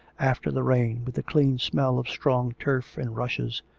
after the rain, with the clean smell of strong turf and rushes.